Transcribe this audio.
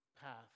path